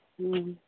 ᱦᱮᱸ